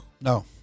No